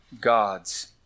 gods